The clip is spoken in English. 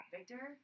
Victor